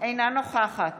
אינה נוכחת